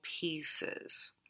pieces